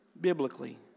biblically